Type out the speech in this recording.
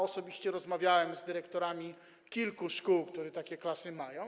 Osobiście rozmawiałem z dyrektorami kilku szkół, które takie klasy mają.